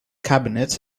cabinet